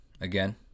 Again